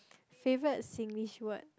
favourite Singlish word